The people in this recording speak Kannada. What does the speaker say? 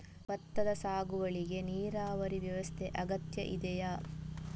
ಭತ್ತದ ಸಾಗುವಳಿಗೆ ನೀರಾವರಿ ವ್ಯವಸ್ಥೆ ಅಗತ್ಯ ಇದೆಯಾ?